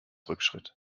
rückschritt